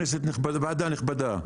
ועדה נכבדה,